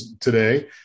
today